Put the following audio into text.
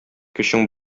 көчең